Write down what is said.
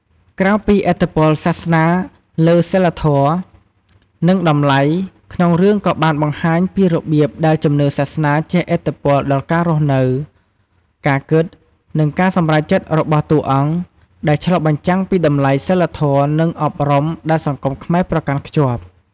ក្រៅពីឥទ្ធិពលសាសនាលើសីលធម៌ និងតម្លៃ ក្នុងរឿងក៏បានបង្ហាញពីរបៀបដែលជំនឿសាសនាជះឥទ្ធិពលដល់ការរស់នៅ ការគិត និងការសម្រេចចិត្តរបស់តួអង្គ ដែលឆ្លុះបញ្ចាំងពីតម្លៃសីលធម៌ និងអប់រំដែលសង្គមខ្មែរប្រកាន់ខ្ជាប់ ។